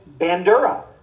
bandura